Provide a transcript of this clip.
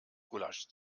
gulasch